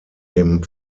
dem